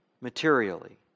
materially